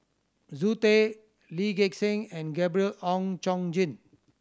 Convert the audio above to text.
Zoe Tay Lee Gek Seng and Gabriel Oon Chong Jin